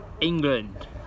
England